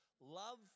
Love